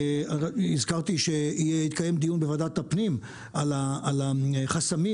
הזכרתי שהתקיים דיון בוועדת הפנים על החסמים